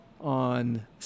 on